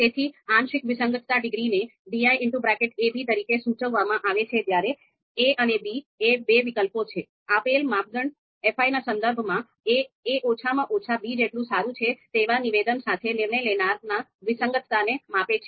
તેથી આંશિક વિસંગતતા ડિગ્રીને diab તરીકે સૂચવવામાં આવે છે જ્યાં a અને b એ બે વિકલ્પો છે આપેલ માપદંડ fi ના સંદર્ભમાં a એ ઓછામાં ઓછા b જેટલું સારું છે તેવા નિવેદન સાથે નિર્ણય લેનારના વિસંગતતાને માપે છે